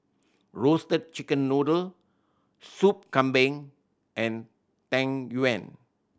Roasted Chicken Noodle Sup Kambing and Tang Yuen